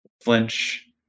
Flinch